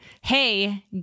Hey